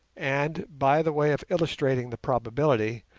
and, by the way of illustrating the probability,